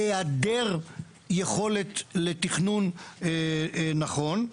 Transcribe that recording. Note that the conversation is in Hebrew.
בהיעדר יכולת לתכנון נכון.